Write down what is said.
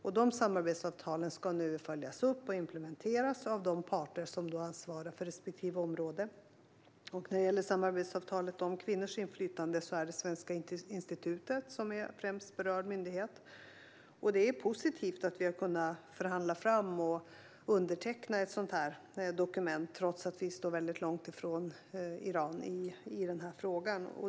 Dessa samarbetsavtal ska nu följas upp och implementeras av de parter som ansvarar för respektive område. När det gäller samarbetsavtalet om kvinnors inflytande är det Svenska institutet som är främst berörd myndighet. Det är positivt att vi har kunnat underteckna ett sådant här dokument trots att vi står väldigt långt ifrån Iran i denna fråga.